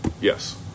Yes